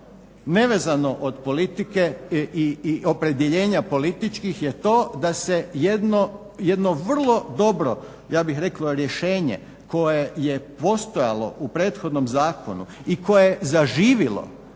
nevezano od politike i opredjeljenja političkih je to da se jedno vrlo dobro ja bih rekao rješenje koje je postojalo u prethodnom zakonu i koje je zaživjelo,